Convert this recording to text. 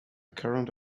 current